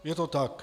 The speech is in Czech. Je to tak?